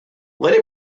let